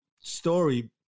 story